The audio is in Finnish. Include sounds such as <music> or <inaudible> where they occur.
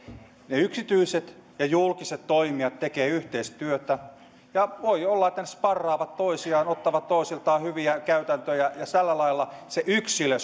yksityiset ja julkiset toimijat tekevät yhteistyötä ja voi olla että ne sparraavat toisiaan ottavat toisiltaan hyviä käytäntöjä ja tällä lailla yksilö <unintelligible>